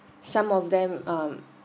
some of them um